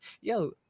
Yo